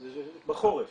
הן בחורף.